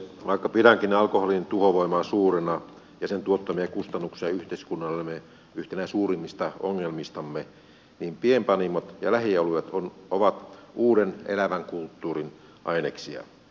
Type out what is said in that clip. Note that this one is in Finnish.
vaikka pidänkin alkoholin tuhovoimaa suurena ja sen tuottamia kustannuksia yhteiskunnallemme yhtenä suurimmista ongelmistamme niin pienpanimot ja lähioluet ovat uuden elävän kulttuurin aineksia